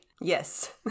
Yes